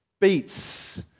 beats